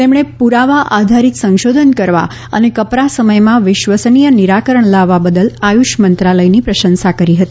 તેમણે પુરવા આધારિત સંશોધન કરવા અને કપરા સમયમાં વિશ્વસનીય નિરાકરણ લાવવા બદલ આયુષ મંત્રાલયની પ્રશંસા કરી હતી